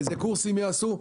איזה קורסים יעשו.